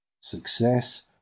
Success